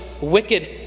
wicked